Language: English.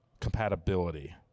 Compatibility